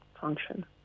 function